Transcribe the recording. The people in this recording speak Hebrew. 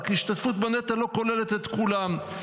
רק שהשתתפות בנטל לא כוללת את כולם,